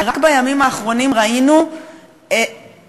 רק בימים האחרונים ראינו נטישה,